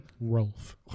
Rolf